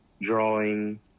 drawing